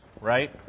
right